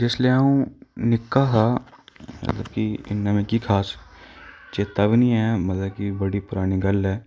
जिसलै अ'ऊं निक्का हा मतलब की इ'न्ना मिगी खास चेता बी निं ऐ मतलब कि बड़ी परानी गल्ल ऐ